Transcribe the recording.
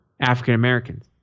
African-Americans